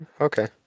Okay